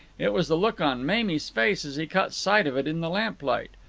it was the look on mamie's face as he caught sight of it in the lamplight.